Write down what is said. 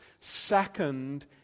second